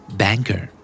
banker